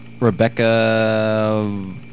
Rebecca